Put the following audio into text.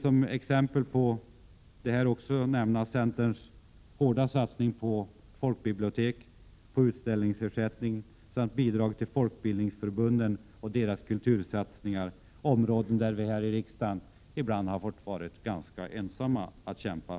Som exempel vill jag nämna centerns hårda satsning på folkbibliotek, utställningsersättning samt bidrag till folkbildningsförbunden och deras kultursatsningar — områden där vi här i riksdagen ibland har fått vara ganska ensamma om att kämpa.